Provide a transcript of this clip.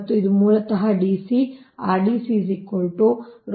ಮತ್ತು ಇದು ಮೂಲತಃ ಡಿಸಿ ಪ್ರತಿರೋಧವಾಗಿದೆ